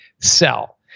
sell